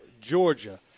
Georgia